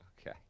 Okay